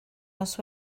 nos